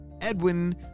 Edwin